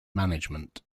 management